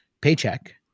paycheck